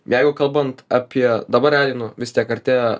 jeigu kalbant apie dabar realiai nu vis tiek artėja